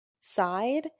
side